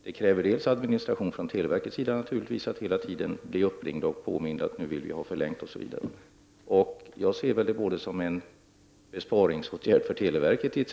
Det kräver administrativa insatser av televerket om man hela tiden blir uppringd och påmind om att människor vill ha förlängning osv. Jag uppfattar detta även som en besparingsåtgärd för televerket.